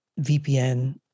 VPN